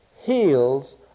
heals